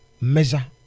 measure